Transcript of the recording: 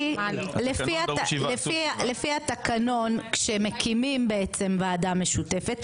לפי התקנון כשמקימים ועדה משותפת,